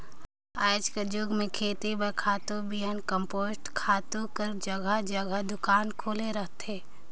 आएज कर जुग में खेती बर खातू, बीहन, कम्पोस्ट खातू कर जगहा जगहा दोकान खुले रहथे